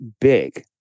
big